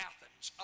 Athens